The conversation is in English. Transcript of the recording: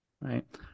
right